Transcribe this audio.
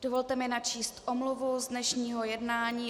Dovolte mi načíst omluvu z dnešního jednání.